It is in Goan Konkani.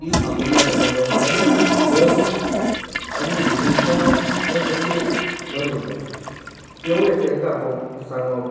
ती आपुलकाय दाखयपा तेन्ना एक धर्म आनी रिलीशन यें सगल्यो बरी उरता तेवूय ए तेंकां आपोप सांगोप